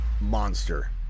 monster